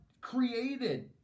created